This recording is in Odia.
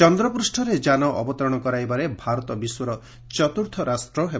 ଚନ୍ଦ୍ର ପୂଷ୍ପରେ ଯାନ ଅବତରଣ କରାଇବାରେ ଭାରତ ବିଶ୍ୱର ଚତ୍ରୁର୍ଥ ରାଷ୍ଟ୍ର ହେବ